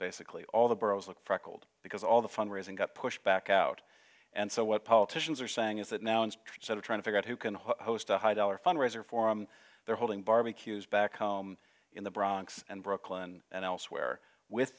basically all the boroughs look freckled because all the fundraising got pushed back out and so what politicians are saying is that now and sort of trying to figure out who can host a high dollar fundraiser for a they're holding barbecues back home in the bronx and brooklyn and elsewhere with